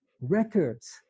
records